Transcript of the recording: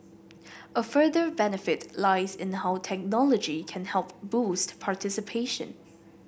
a further benefit lies in how technology can help boost participation